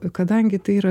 kadangi tai yra